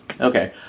okay